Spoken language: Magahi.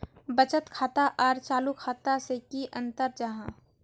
बचत खाता आर चालू खाता से की अंतर जाहा?